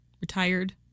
retired